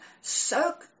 soak